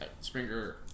Springer